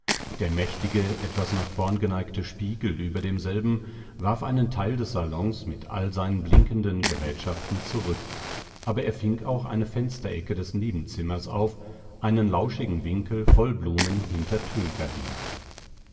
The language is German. der mächtige etwas nach vorn geneigte spiegel über demselben warf einen teil des salons mit all seinen blinkenden gerätschaften zurück aber er fing auch eine fensterecke des nebenzimmers auf einen lauschigen winkel voll blumen hinter